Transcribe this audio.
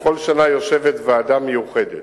בכל שנה יושבת ועדה מיוחדת,